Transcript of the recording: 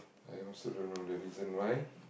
I also don't know the reason why